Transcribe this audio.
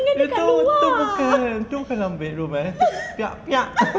itu tu bukan dalam bedroom eh